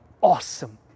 awesome